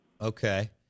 Okay